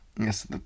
Yes